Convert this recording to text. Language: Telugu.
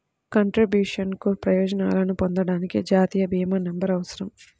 కంట్రిబ్యూషన్లకు ప్రయోజనాలను పొందడానికి, జాతీయ భీమా నంబర్అవసరం